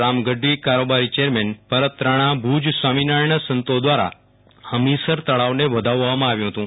રામ ગઢવી કારોબારી ચેરમેન ભરત રાણા ભુજ સ્વામિનારાથણ મંદિર ના સંતો દ્વારા હમીરસર તળાવને વધાવવામાં આવ્યું હતું